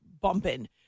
bumping